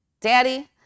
Daddy